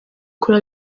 kure